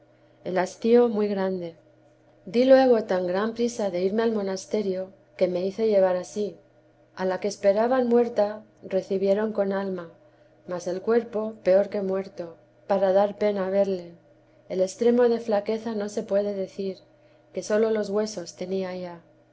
el hastío muy grande di luí tan gran priesa de irme al monasterio que me hice llevar ansí a la que esperaban muerta recibieron alma mas el cuerpo peor que muerto para dar pena verle el extremo de flaqueza no se puede decir que sólo ios huesos tenía ya